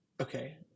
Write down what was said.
okay